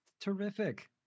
Terrific